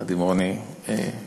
יחד עם רוני קלינסקי,